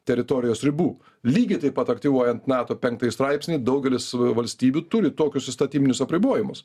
teritorijos ribų lygiai taip pat aktyvuojant nato penktąjį straipsnį daugelis valstybių turi tokius įstatyminius apribojimus